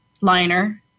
liner